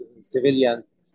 civilians